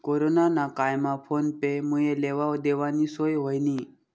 corona ना कायमा phone पे मुये लेवा देवानी सोय व्हयनी